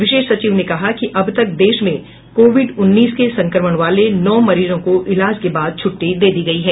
विशेष सचिव ने कहा कि अब तक देश में कोविड उन्नीस के संक्रमण वाले नौ मरीजों को इलाज के बाद छुट्टी दे दी गई है